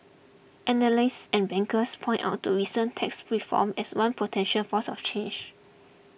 analysts and bankers pointed out to recent tax reform as one potential force of change